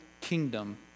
kingdom